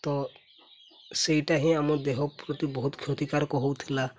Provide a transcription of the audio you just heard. ତ ସେଇଟା ହିଁ ଆମ ଦେହ ପ୍ରତି ବହୁତ କ୍ଷତିକାରକ ହେଉଥିଲା